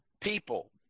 people